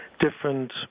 different